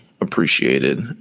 appreciated